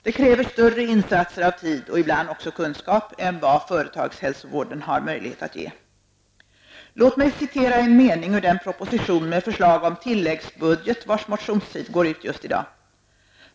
Det kräver större insatser av tid och ibland också kunskap än vad företagshälsovården har möjlighet att ge. Låt mig citera en mening ur den proposition med förslag om tilläggsbudget, vars motionstid går ut just i dag.